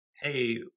hey